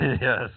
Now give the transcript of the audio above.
Yes